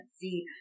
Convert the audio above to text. see